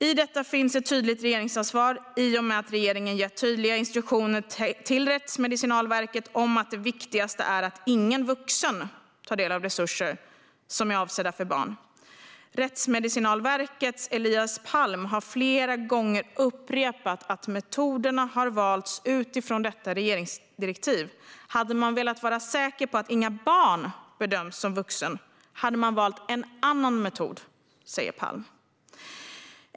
I detta finns ett tydligt regeringsansvar i och med att regeringen gett tydliga instruktioner till Rättsmedicinalverket om att det viktigaste är att ingen vuxen tar del av resurser som är avsedda för barn. Rättsmedicinalverkets Elias Palm har flera gånger upprepat att metoderna har valts utifrån detta regeringsdirektiv. Hade man velat vara säker på att inget barn bedöms som vuxen hade man valt en annan metod, säger Palm.